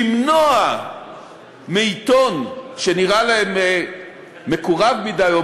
למנוע מעיתון שנראה להם מקורב מדי או